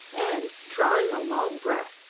and, drawing a long breath,